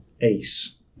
ACE